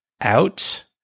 out